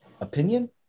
opinion